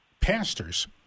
pastors